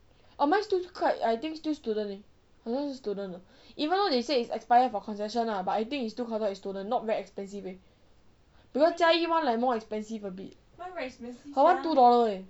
um mine still quite I think still student leh 好像是 student uh even though they say it's expired for concession lah but I think it is still counted as student not very expensive leh because jia yi [one] like more expensive a bit her [one] two dollar leh